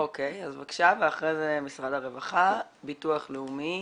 אז בבקשה ואחרי זה משרד הרווחה, ביטוח לאומי